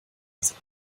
sein